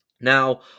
Now